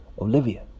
Olivia